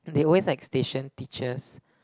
they always like station teachers